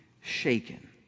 shaken